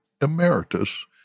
emeritus